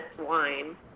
wine